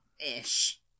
ish